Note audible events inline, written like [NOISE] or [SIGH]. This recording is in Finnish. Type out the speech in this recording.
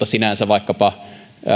[UNINTELLIGIBLE] sinänsä synny vaikkapa